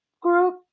group